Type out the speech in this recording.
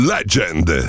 Legend